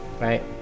right